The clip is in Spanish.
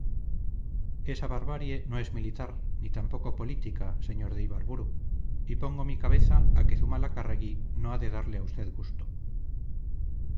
esa barbarie no es militar ni tampoco política sr de ibarburu y pongo mi cabeza a que zumalacárregui no ha de darle a usted gusto